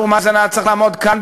אבו מאזן היה צריך לעמוד כאן,